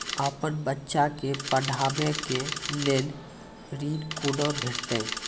अपन बच्चा के पढाबै के लेल ऋण कुना भेंटते?